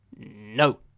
No